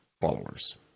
followers